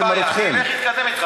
אז תחליט על מה אתה רוצה לדבר.